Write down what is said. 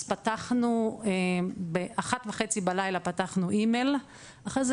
אז ב-01:30 בלילה פתחנו אימייל, אחרי זה